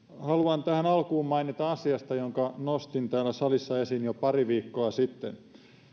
haluan tähän alkuun mainita asiasta jonka nostin täällä salissa esiin jo pari viikkoa sitten